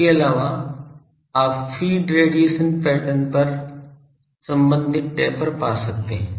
इसके अलावा आप फ़ीड रेडिएशन पैटर्न पर संबंधित टेपर पा सकते हैं